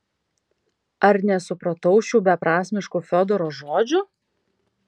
ar nesupratau šių beprasmiškų fiodoro žodžių